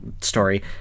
story